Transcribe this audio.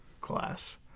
class